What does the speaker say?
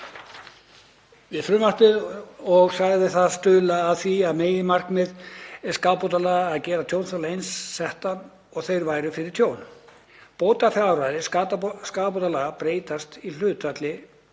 við frumvarpið og sagði það stuðla að því meginmarkmiði skaðabótalaga að gera tjónþola eins setta og þeir voru fyrir tjón. Bótafjárhæðir skaðabótalaga breytast í hlutfalli